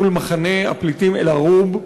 מול מחנה הפליטים אל-ערוב.